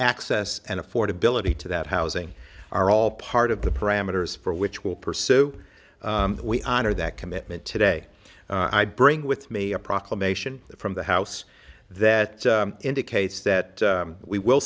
access and affordability to that housing are all part of the parameters for which will pursue that we honor that commitment today i bring with me a proclamation from the house that indicates that we will